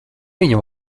viņa